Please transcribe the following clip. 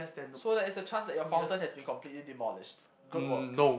so there is a chance that your fountain has been completely demolished good work